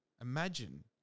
imagine